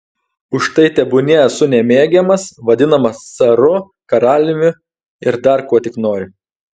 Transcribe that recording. už tai tebūnie esu nemėgiamas vadinamas caru karaliumi ir dar kuo tik nori